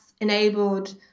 enabled